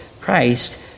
Christ